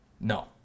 No